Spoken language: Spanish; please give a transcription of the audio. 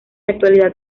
actualidad